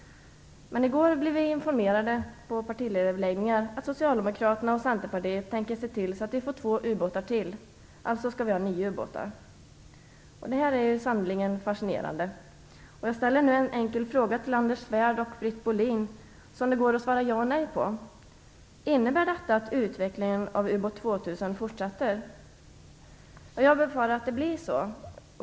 Men i går blev vi på partiledaröverläggningarna informerade om att Socialdemokraterna och Centerpartiet tänker se till att vi får 2 ubåtar till. Vi skall alltså ha 9 ubåtar. Detta är sannerligen fascinerande. Jag ställer nu en enkel fråga till Anders Svärd och Britt Bohlin som det går att svara ja eller nej på: Innebär detta att utvecklingen av Ubåt 2000 fortsätter? Jag befarar att det blir så.